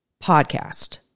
podcast